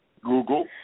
Google